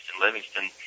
Livingston